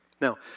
Now